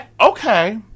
Okay